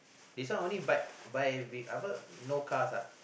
this one only bike buy we apa no cars ah